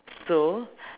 so